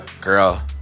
Girl